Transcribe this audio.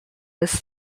this